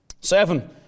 Seven